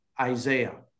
Isaiah